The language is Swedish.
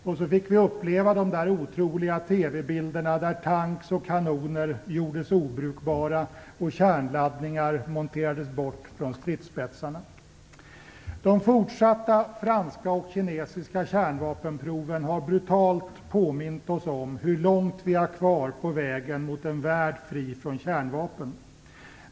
Och så fick vi uppleva de där otroliga TV De fortsatta franska och kinesiska kärnvapenproven har brutalt påmint oss om hur långt vi har kvar på vägen mot en värld fri från kärnvapen.